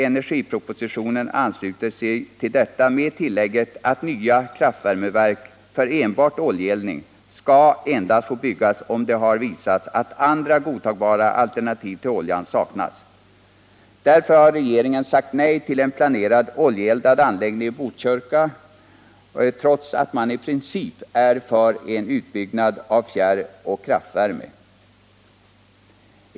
Energipropositionen ansluter sig till detta förslag med tillägget att nya kraftvärmeverk för enbart oljeeldning endast skall få byggas om det har visats att godtagbara alternativ till oljan saknas. Därför har regeringen sagt nej till en planerad oljeeldad anläggning i Botkyrka, trots att man i princip är för en utbyggnad av fjärroch kraftvärme.